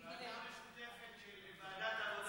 ועדה משותפת של ועדת העבודה